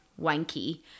wanky